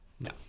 No